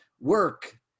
Work